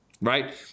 right